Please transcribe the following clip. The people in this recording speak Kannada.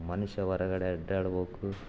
ಮನುಷ್ಯ ಹೊರಗಡೆ ಅಡ್ಡಾಡ್ಬೇಕು